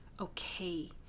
okay